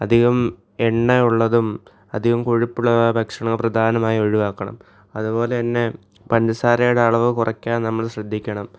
അധികം എണ്ണ ഉള്ളതും അധികം കൊഴുപ്പുള്ളതുമായ ഭക്ഷണം പ്രധാനമായും ഒഴിവാക്കണം അതുപോലെ തന്നെ പഞ്ചസാരയുടെ അളവ് കുറക്കാൻ നമ്മൾ ശ്രദ്ധിക്കണം